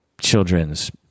children's